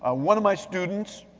ah one of my students,